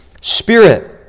Spirit